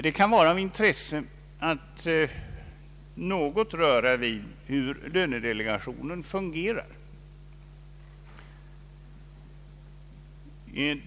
Det kan vara av intresse att något röra vid hur lönedelegationen fungerar.